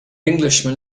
englishman